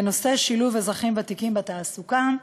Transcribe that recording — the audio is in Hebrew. בנושא שילוב אזרחים ותיקים בתעסוקה,